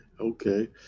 Okay